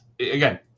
again